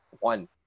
one